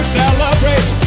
celebrate